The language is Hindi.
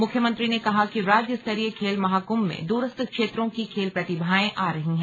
मुख्यमंत्री ने कहा कि राज्यस्तरीय खेल महाकृभ में दूरस्थ क्षेत्रों की खेल प्रतिभाएं आ रही हैं